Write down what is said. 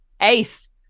ace